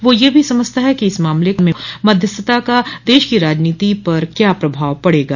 वह यह भी समझता है कि इस मामले में मध्यस्थता का देश की राजनीति पर क्या प्रभाव पड़ेगा